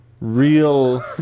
Real